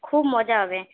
খুব মজা হবে